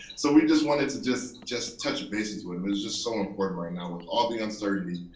so we just wanted to just just touch bases with them, it's just so important right now with all the uncertainty.